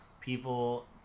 people